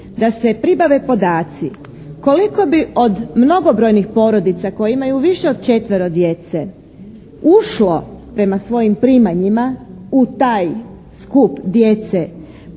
da se pribave podaci koliko bi od mnogobrojnih porodica koje imaju više od četvero djece ušlo prema svojim primanjima u taj skup djece koja